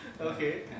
Okay